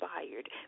Inspired